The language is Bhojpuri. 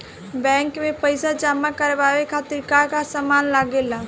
बैंक में पईसा जमा करवाये खातिर का का सामान लगेला?